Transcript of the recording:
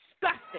disgusting